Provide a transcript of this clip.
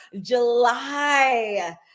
July